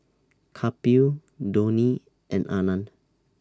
Kapil Dhoni and Anand